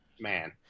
man